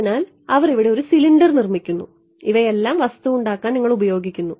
അതിനാൽ അവർ ഇവിടെ ഒരു സിലിണ്ടർ നിർമ്മിക്കുന്നു ഇവയെല്ലാം വസ്തു ഉണ്ടാക്കാൻ നിങ്ങൾ ഉപയോഗിക്കുന്നു